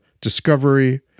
discovery